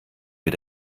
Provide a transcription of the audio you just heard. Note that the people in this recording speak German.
mit